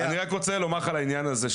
אני רק רוצה לומר לך על העניין הזה,